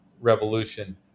revolution